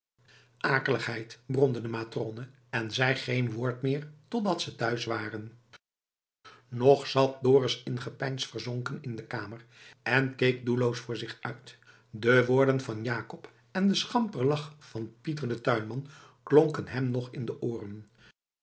bromde de matrone en zei geen woord meer totdat ze thuis waren nog zat dorus in gepeins verzonken in de kamer en keek doelloos voor zich uit de woorden van jacob en de schampere lach van pieter den tuinman klonken hem nog in de ooren